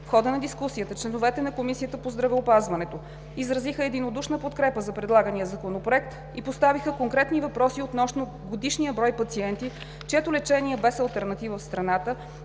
В хода на дискусията членовете на Комисията по здравеопазването изразиха единодушна подкрепа за предлагания Законопроект и поставиха конкретни въпроси относно годишния брой пациенти, чието лечение е без алтернатива в страната,